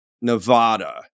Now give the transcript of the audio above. Nevada